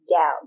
down